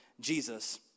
Jesus